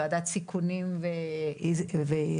ועדת סיכונים והזדמנויות,